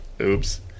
Oops